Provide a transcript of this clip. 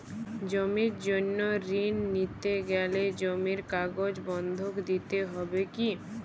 জমির জন্য ঋন নিতে গেলে জমির কাগজ বন্ধক দিতে হবে কি?